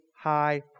high